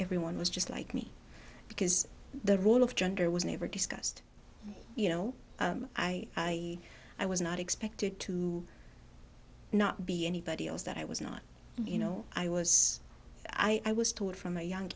everyone was just like me because the role of gender was never discussed you know i i was not expected to not be anybody else that i was not you know i was i was taught from a young